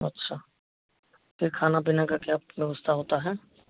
अच्छा फिर खाना पीना का क्या व्यवस्था होता है